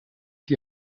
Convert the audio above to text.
die